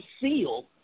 seal